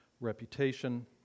reputation